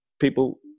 people